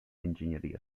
enginyeria